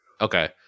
Okay